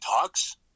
talks